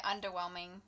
underwhelming